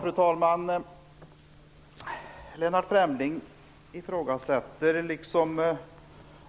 Fru talman! Lennart Fremling ifrågasätter